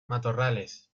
matorrales